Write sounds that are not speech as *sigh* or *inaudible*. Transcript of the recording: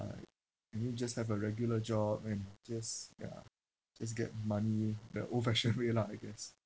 I mean just have a regular job and just ya just get money the old fashioned *laughs* way lah I guess